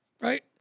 Right